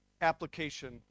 application